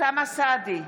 אוסאמה סעדי,